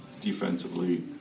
defensively